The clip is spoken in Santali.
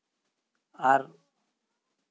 ᱟᱨ